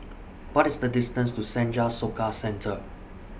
What IS The distance to Senja Soka Centre